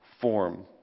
form